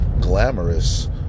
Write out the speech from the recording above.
glamorous